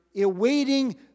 awaiting